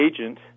agent